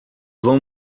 vão